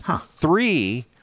Three